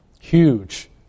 huge